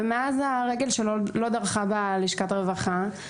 ומאז הרגל שלו לא דרכה בלשכת הרווחה,